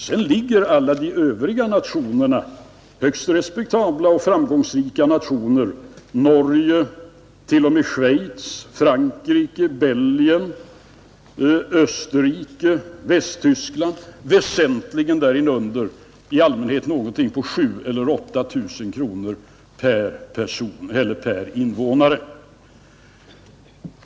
Sedan ligger alla de övriga nationerna — högst respektabla och framgångsrika nationer: Norge, Schweiz, Frankrike, Belgien, Österrike och Västtyskland — väsentligen därunder. Det rör sig i allmänhet om någonting på 7 000 eller 8 000 kronor per innevånare.